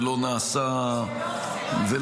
ולא נעשה ------ לא,